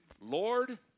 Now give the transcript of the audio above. Lord